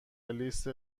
لیست